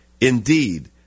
Indeed